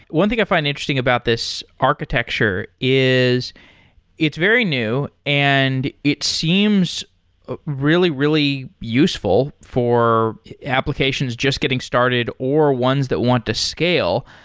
one thing i find interesting about this architecture is it's very new and it seems really, really useful for applications just getting started or ones that want to scale.